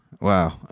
Wow